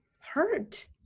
hurt